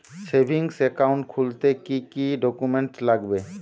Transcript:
Savings account খুলতে কি কি ডকুমেন্টস লাগবে?